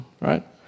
right